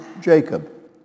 Jacob